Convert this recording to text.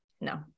no